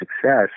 success